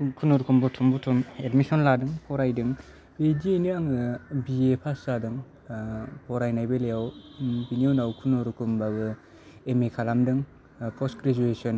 खुनुरुखुम बुथुम बुथुम एडमिशन लादों फरायदों बिदियैनो आङो बिए पास जादों फरायनाय बेलायाव बिनि उनाव खुनुरुखुमबाबो एमए खालामदों पस्ट ग्रेजुएशन